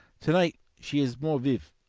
to-night she is more vif.